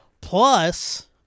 plus